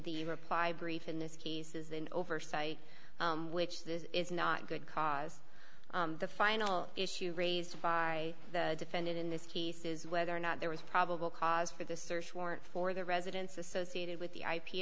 the reply brief in this case is an oversight which this is not good cause the final issue raised by the defendant in this case is whether or not there was probable cause for the search warrant for the residence associated with the i